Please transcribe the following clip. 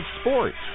sports